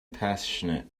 passionate